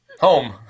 Home